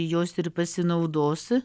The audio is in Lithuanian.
jos ir pasinaudos